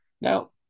Now